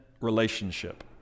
relationship